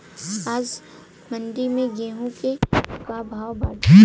आज मंडी में गेहूँ के का भाव बाटे?